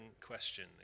question